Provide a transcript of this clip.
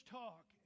talk